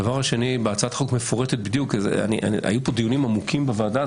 היו כאן בוועדה דיונים עמוקים.